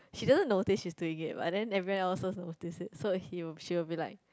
she doesn't notice she's doing it but then everywhere else also notice so he will she will be like